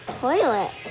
toilet